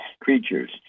creatures